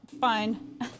fine